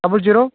double zero